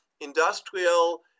industrial